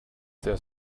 there